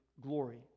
glory